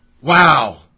wow